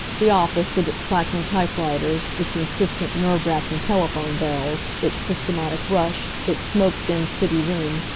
the office, with its clacking typewriters, its insistent, nerve-racking telephone bells, its systematic rush, its smoke-dimmed city room,